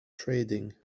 trading